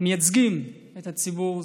המייצגים את הציבור,